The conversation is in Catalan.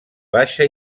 baixa